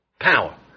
Power